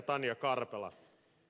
tanja karpela